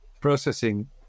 processing